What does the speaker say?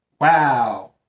Wow